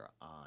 on